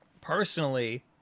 Personally